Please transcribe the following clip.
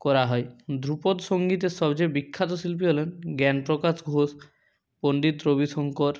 করা হয় ধ্রুপদ সঙ্গীতের সবচেয়ে বিখ্যাত শিল্পী হলেন জ্ঞানপ্রকাশ ঘোষ পন্ডিত রবিশঙ্কর